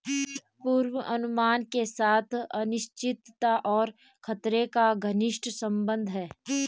पूर्वानुमान के साथ अनिश्चितता और खतरा का घनिष्ट संबंध है